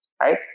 right